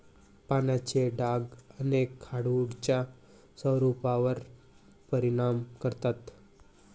पानांचे डाग अनेक हार्डवुड्सच्या स्वरूपावर परिणाम करतात